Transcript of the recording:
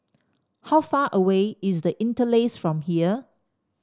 how far away is The Interlace from here